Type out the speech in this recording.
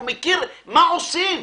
הוא מכיר מה עושים.